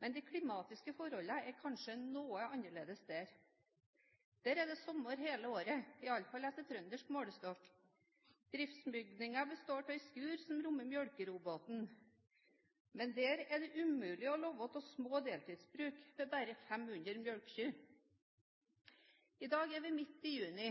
Men de klimatiske forholdene er kanskje noe annerledes der. Der er det sommer hele året, i alle fall etter trøndersk målestokk. Driftsbygningene består av skur som rommer melkeroboten, men der er det umulig å leve av små deltidsbruk med bare 500 melkekuer. I dag er vi midt i juni.